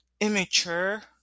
Immature